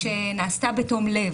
שנעשתה בתום לב,